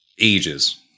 ages